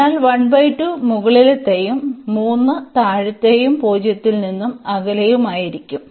അതിനാൽ മുകളിലത്തെയും 3 താഴത്തെയും 0 ത്തിൽനിന്ന് അകലെയുമായിരിക്കും